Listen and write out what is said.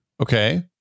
Okay